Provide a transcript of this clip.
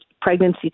pregnancy